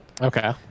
okay